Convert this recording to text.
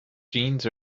jeans